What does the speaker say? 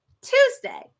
Tuesday